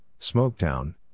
Smoketown